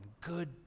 good